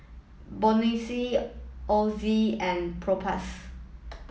Bonjela Oxy and Propass